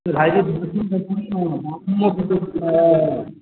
भाइजी कोनो